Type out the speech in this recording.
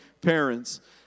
parents